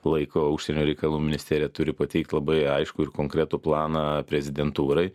laiko užsienio reikalų ministerija turi pateikt labai aiškų ir konkretų planą prezidentūrai